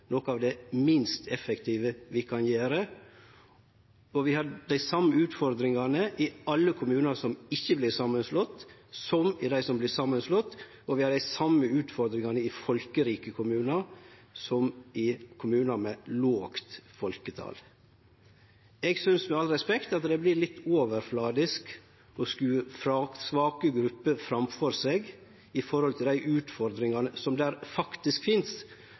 noko av det minst effektive vi kan gjere. Vi har dei same utfordringane i alle kommunar som ikkje vert slått saman, som i dei som vert slått saman, og vi har dei same utfordringane i folkerike kommunar som i kommunar med lågt folketal. Eg synest – med all respekt – at det vert litt overflatisk å skuve svake grupper framfor seg, i forhold til dei utfordringane som faktisk finst,